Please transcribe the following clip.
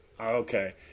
Okay